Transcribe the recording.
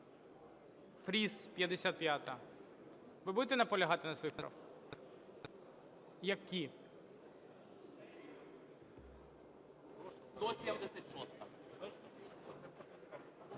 Фріс, 55-а. Ви будете наполягати на своїх правках? Які?